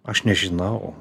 aš nežinau